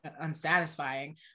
unsatisfying